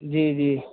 جی جی